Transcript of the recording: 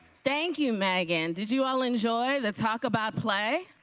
thank you, meghan. did you all enjoy the talk about play?